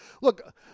Look